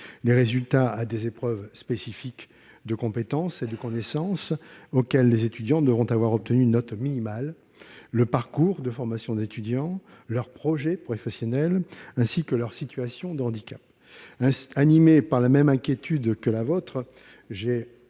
les résultats à des épreuves spécifiques de compétences et de connaissances, auxquelles les étudiants devront avoir obtenu une note minimale, le parcours de formation des étudiants, leur projet professionnel, ainsi que, le cas échéant, leur situation de handicap. Animé par la même inquiétude que les auteurs